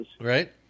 Right